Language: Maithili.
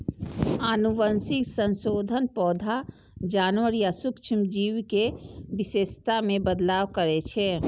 आनुवंशिक संशोधन पौधा, जानवर या सूक्ष्म जीव के विशेषता मे बदलाव करै छै